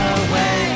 away